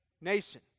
nation